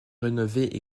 rénover